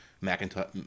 Macintosh